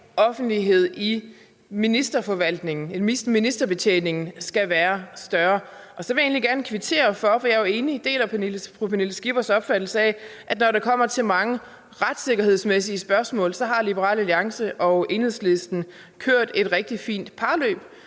om offentlighed i ministerbetjeningen skal være større. Så vil jeg egentlig gerne kvittere for fru Pernille Skippers opfattelse at, at når det kommer til mange retssikkerhedsmæssige spørgsmål, har Liberal Alliance og Enhedslisten kørt et rigtig fint parløb.